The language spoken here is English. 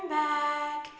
back